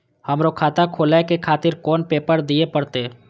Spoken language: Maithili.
हमरो खाता खोले के खातिर कोन पेपर दीये परतें?